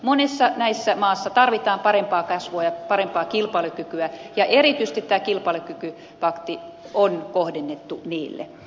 monissa näissä maissa tarvitaan parempaa kasvua ja parempaa kilpailukykyä ja erityisesti kilpailukykypakti on kohdennettu niille